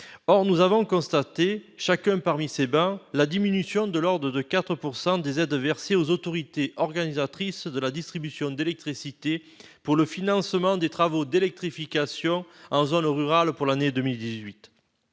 Or nous avons tous constaté sur ces travées une diminution de l'ordre de 4 % des aides versées aux autorités organisatrices de la distribution d'électricité pour le financement des travaux d'électrification en zone rurale pour l'année 2018.